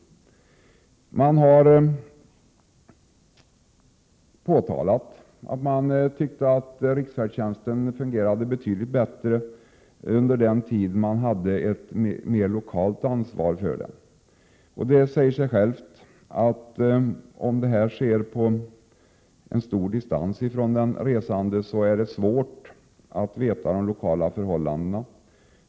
Man har påtalat att man tyckte att riksfärdtjänsten fungerade betydligt bättre under den tid då det var ett mer lokalt ansvar för den. Det säger sig självt att om arbetet sker på stor distans från den resande, då är det svårt att veta hur de lokala förhållandena är.